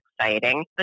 exciting